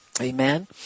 Amen